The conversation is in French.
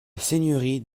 seigneurie